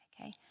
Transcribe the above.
Okay